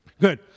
Good